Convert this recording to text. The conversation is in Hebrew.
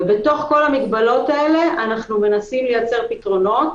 בתוך כל המגבלות האלה אנחנו מנסים לייצר פתרונות.